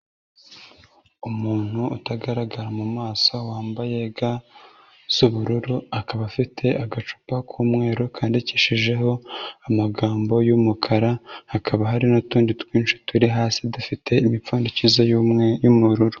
Umuntu utagaragara mu maso, wambaye ga z'ubururu, akaba afite agacupa k'umweru kandikishijeho amagambo y'umukara, hakaba hari n'utundi twinshi turi hasi dufite imipfundikizo y'ubururu.